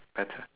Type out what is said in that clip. better